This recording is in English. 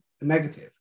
negative